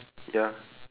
ya